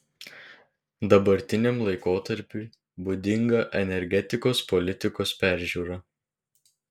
dabartiniam laikotarpiui būdinga energetikos politikos peržiūra